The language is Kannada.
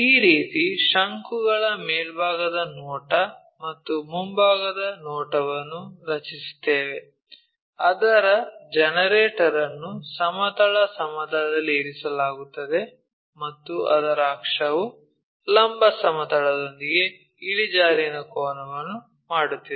ಈ ರೀತಿ ಶಂಕುಗಳ ಮೇಲ್ಭಾಗದ ನೋಟ ಮತ್ತು ಮುಂಭಾಗದ ನೋಟವನ್ನು ರಚಿಸುತ್ತೇವೆ ಅದರ ಜನರೇಟರ್ ಅನ್ನು ಸಮತಲ ಸಮತಲದಲ್ಲಿ ಇರಿಸಲಾಗುತ್ತದೆ ಮತ್ತು ಅದರ ಅಕ್ಷವು ಲಂಬ ಸಮತಲದೊಂದಿಗೆ ಇಳಿಜಾರಿನ ಕೋನವನ್ನು ಮಾಡುತ್ತಿದೆ